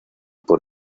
por